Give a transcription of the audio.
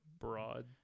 broad